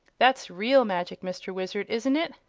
that's real magic, mr. wizard isn't it?